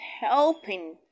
helping